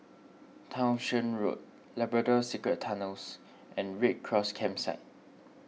Townshend Road Labrador Secret Tunnels and Red Cross Campsite